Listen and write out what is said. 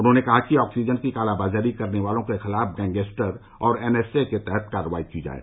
उन्होंने कहा कि ऑक्सीजन की कालाबाजारी करने वालों के खिलाफ गैंगस्टर और एनएसए के तहत कार्रवाई की जाये